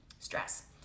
stress